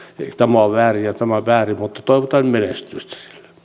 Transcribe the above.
tämä on väärin ja tuo on väärin mutta toivotan menestystä